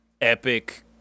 epic